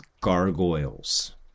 gargoyles